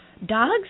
dogs